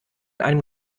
einem